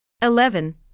Eleven